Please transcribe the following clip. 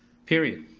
period.